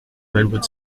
redwood